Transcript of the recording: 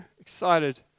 excited